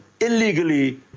illegally